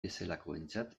bezalakoentzat